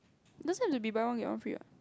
doesn't have to be buy one get one free what